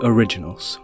Originals